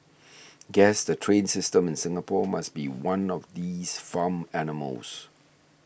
guess the train system in Singapore must be one of these farm animals